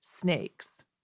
snakes